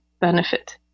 benefit